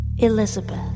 Elizabeth